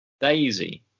Daisy